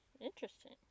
Interesting